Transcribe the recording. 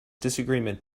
disagreement